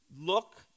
look